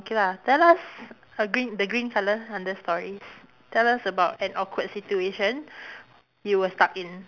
okay lah tell us a green the green colour under stories tell us about an awkward situation you were stuck in